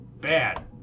Bad